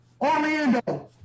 Orlando